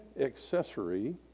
accessory